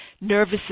nervous